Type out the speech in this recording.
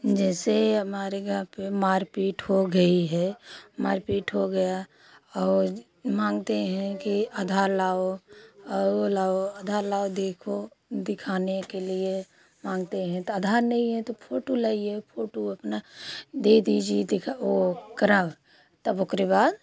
जैसे हमारे घर पर मार पीट हो गई है मार पीट हो गया और माँगते हैं कि आधार लाओ और वह लाओ अधार लाओ देखो दिखाने के लिए माँगते हैं तो आधार नहीं है तो फोटो लाइए फोटो अपना दे दीजिए दिखा वो करब तब ओकरे बाद